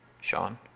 Sean